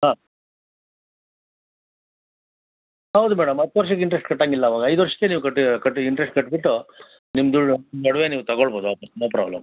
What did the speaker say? ಹಾಂ ಹೌದು ಮೇಡಮ್ ಹತ್ತು ವರ್ಷಕ್ಕೆ ಇಂಟ್ರೆಸ್ಟ್ ಕಟ್ಟೋಂಗಿಲ್ಲ ಅವಾಗ ಐದು ವರ್ಷಕ್ಕೆ ನೀವು ಕಟ್ಟಿ ಕಟ್ಟಿ ಇಂಟ್ರೆಸ್ಟ್ ಕಟ್ಟಿಬಿಟ್ಟು ನಿಮ್ಮದು ನಿಮ್ದು ಒಡವೆ ನೀವು ತಗೊಳ್ಬೋದು ವಾಪಸ್ ನೋ ಪ್ರಾಬ್ಲಮ್